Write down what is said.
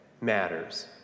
matters